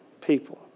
people